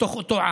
בתוך אותו עם,